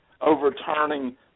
overturning